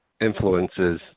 influences